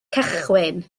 cychwyn